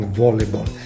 volleyball